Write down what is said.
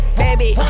baby